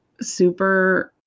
super